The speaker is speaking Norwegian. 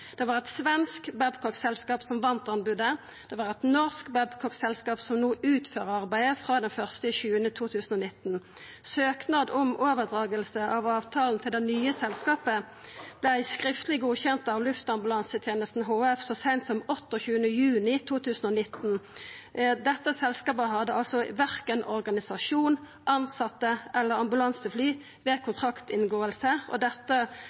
Det var eit svensk Babcock-selskap som vann anbodet. Det er eit norsk Babcock-selskap som no utfører arbeidet, frå 1. juli 2019. Søknad om overdraging av avtalen til det nye selskapet vart skriftleg godkjend av Luftambulansetenesta HF så seint som 28. juni 2019. Dette selskapet hadde altså verken organisasjon, tilsette eller ambulansefly ved kontraktinngåing. Dette